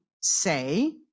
say